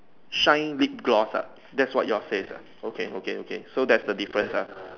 shine lip gloss ah that's what yours say ah okay okay okay so that's the difference ah